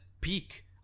peak